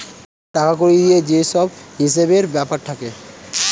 টাকা কড়ি দিয়ে যে সব হিসেবের ব্যাপার থাকে